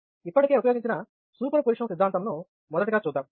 ఇప్పటికే ఉపయోగించిన superposition సిద్ధాంతం ను మొదటగా చూద్దాం